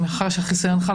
מאחר שחיסיון חל,